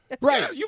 Right